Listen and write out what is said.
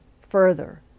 further